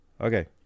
Okay